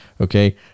Okay